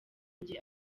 njye